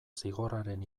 zigorraren